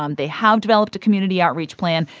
um they have developed a community outreach plan.